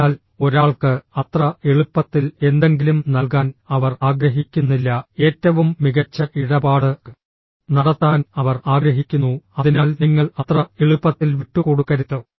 അതിനാൽ ഒരാൾക്ക് അത്ര എളുപ്പത്തിൽ എന്തെങ്കിലും നൽകാൻ അവർ ആഗ്രഹിക്കുന്നില്ല ഏറ്റവും മികച്ച ഇടപാട് നടത്താൻ അവർ ആഗ്രഹിക്കുന്നു അതിനാൽ നിങ്ങൾ അത്ര എളുപ്പത്തിൽ വിട്ടുകൊടുക്കരുത്